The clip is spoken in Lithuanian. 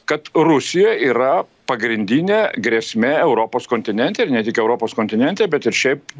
kad rusija yra pagrindinė grėsmė europos kontinente ir ne tik europos kontinente bet ir šiaip